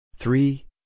Three